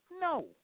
No